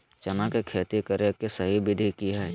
चना के खेती करे के सही विधि की हय?